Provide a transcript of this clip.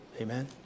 Amen